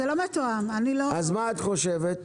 אז מה את חושבת?